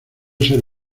ser